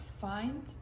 find